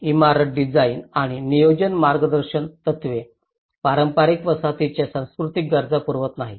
इमारत डिझाइन आणि नियोजन मार्गदर्शकतत्त्वे पारंपारिक वसाहतींच्या सांस्कृतिक गरजा पुरवत नाहीत